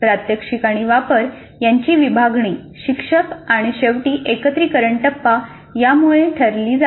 प्रात्यक्षिक आणि वापर यांची विभागणी शिक्षक आणि शेवटी एकत्रीकरण टप्पा यामुळे ठरवली जाते